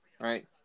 right